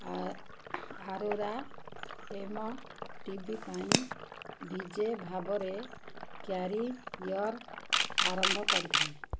ଆ Arora M TV ପାଇଁ VJ ଭାବରେ career ଆରମ୍ଭ କରିଥିଲେ